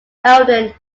eldon